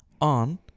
on